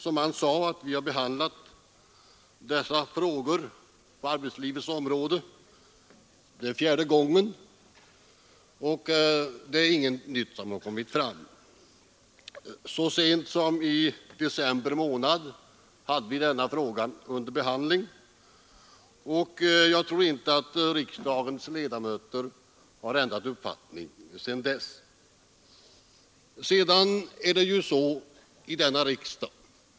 Vi har för fjärde gången behandlat dessa frågor på arbetslivets område. Så sent som i december månad hade vi frågan uppe till behandling, men jag tror inte att riksdagens ledamöter ändrat uppfattning sedan dess.